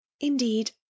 Indeed